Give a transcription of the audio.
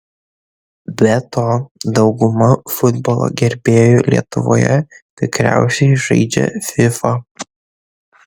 be to dauguma futbolo gerbėjų lietuvoje tikriausiai žaidžia fifa